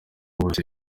hose